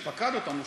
שפקד אותנו,